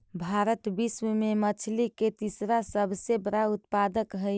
भारत विश्व में मछली के तीसरा सबसे बड़ा उत्पादक हई